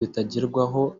bitagerwaho